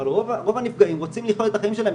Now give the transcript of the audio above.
אבל רוב הנפגעים רוצים לחיות את החיים שלהם